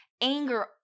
anger